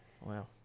Wow